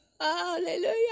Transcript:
hallelujah